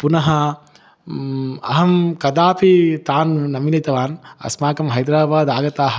पुनः अहं कदापि तान् न मिलितवान् अस्माकं हैद्राबाद् आगताः